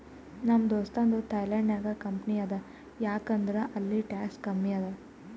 ನಮ್ ದೋಸ್ತದು ಥೈಲ್ಯಾಂಡ್ ನಾಗ್ ಕಂಪನಿ ಅದಾ ಯಾಕ್ ಅಂದುರ್ ಅಲ್ಲಿ ಟ್ಯಾಕ್ಸ್ ಕಮ್ಮಿ ಅದಾ